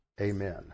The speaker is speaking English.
Amen